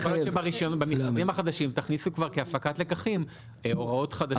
יכול להיות שבמכרזים החדשים תכניסו כבר כהפקת לקחים הוראות חדשות.